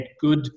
good